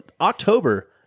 October